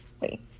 Wait